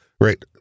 Right